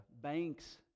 banks